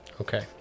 Okay